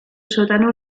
sótano